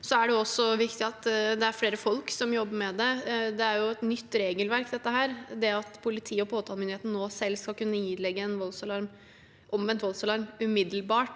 Det er også viktig at det er flere folk som jobber med det. Dette er jo et nytt regelverk. Det at politiet og påtalemyndigheten nå selv skal kunne ilegge en omvendt voldsalarm umiddelbart,